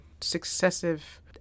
successive